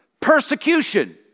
persecution